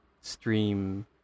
stream